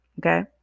Okay